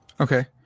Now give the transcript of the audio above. Okay